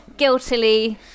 Guiltily